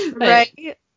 right